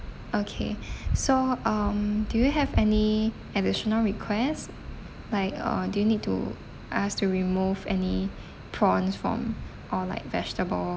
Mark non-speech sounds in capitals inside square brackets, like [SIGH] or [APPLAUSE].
okay [BREATH] so um do you have any additional request like uh do you need to us to remove any prawns from or like vegetable